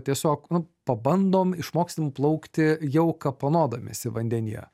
tiesiog nu pabandom išmoksim plaukti jau kapanodamiesi vandenyje